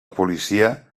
policia